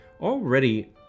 Already